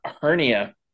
hernia